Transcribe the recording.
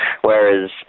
whereas